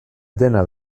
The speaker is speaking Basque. dena